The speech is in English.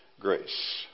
grace